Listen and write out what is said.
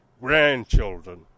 grandchildren